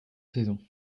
saisons